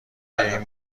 این